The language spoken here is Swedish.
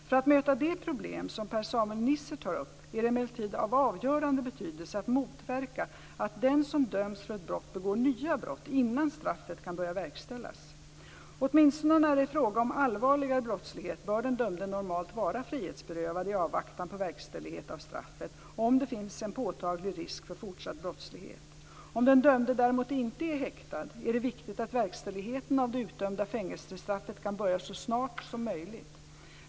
För att möta det problem som Per-Samuel Nisser tar upp är det emellertid av avgörande betydelse att motverka att den som dömts för ett brott begår nya brott, innan straffet kan börja verkställas. Åtminstone när det är fråga om allvarligare brottslighet bör den dömde normalt vara frihetsberövad i avvaktan på verkställighet av straffet om det finns en påtaglig risk för fortsatt brottslighet. Om den dömde däremot inte är häktad är det viktigt att verkställigheten av det utdömda fängelsestraffet kan börja så snart som möjligt.